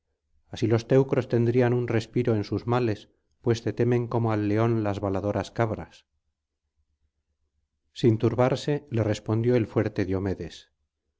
así los teucros tendrían un respiro en sus males pues te temen como al león las baladoras cabras sin turbarse le respondió el fuerte diomedes